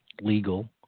legal